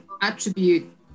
attribute